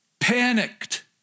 panicked